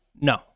no